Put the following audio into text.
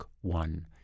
one